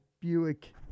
Buick